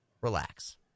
Relax